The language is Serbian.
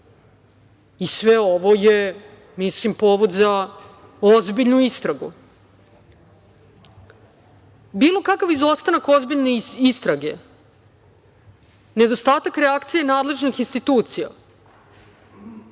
i sve ovo je povod za ozbiljnu istragu. Bilo kakav izostanak ozbiljne istrage, nedostatak reakcije nadležnih institucija